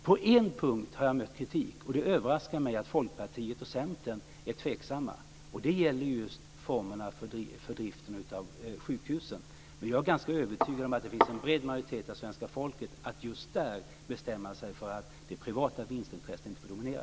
På en punkt har jag mött kritik - och det överraskar mig att Folkpartiet och Centern är tveksamma - och det gäller just formerna för driften av sjukhusen. Men jag är ganska övertygad om att det finns en bred majoritet av svenska folket för att just där bestämma sig för att det privata vinstintresset inte får dominera.